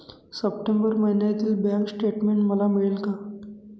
September महिन्यातील bank statement मला मिळेल का?